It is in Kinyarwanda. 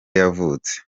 yavutse